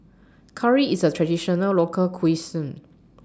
Curry IS A Traditional Local Cuisine